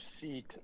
seat